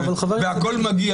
והכול מגיע